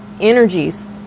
energies